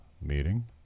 meeting